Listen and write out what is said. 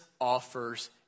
offers